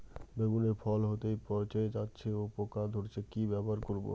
বেগুনের ফল হতেই পচে যাচ্ছে ও পোকা ধরছে কি ব্যবহার করব?